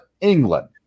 England